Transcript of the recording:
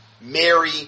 Mary